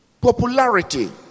popularity